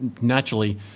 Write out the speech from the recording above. naturally